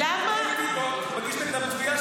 אני הייתי מגיש נגדם תביעה שהם ירו על איימן ולא עלייך.